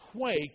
quake